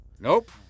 Nope